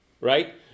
right